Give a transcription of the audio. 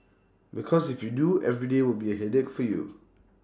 because if you do every day will be A headache for you